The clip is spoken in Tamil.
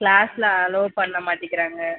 கிளாஸில் அலோவ் பண்ண மாட்டிங்கிறாங்க